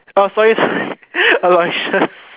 ah sorry sorry Aloysius